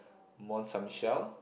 Mont Saint Michel